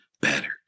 better